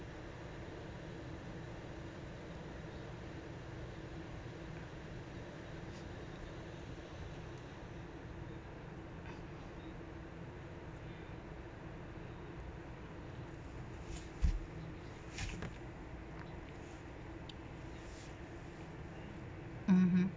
mmhmm